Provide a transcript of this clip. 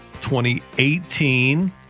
2018